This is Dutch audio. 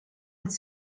met